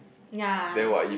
ya